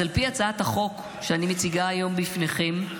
על פי הצעת החוק שאני מציגה היום בפניכם,